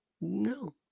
No